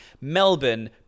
Melbourne